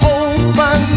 open